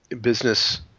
business